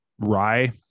rye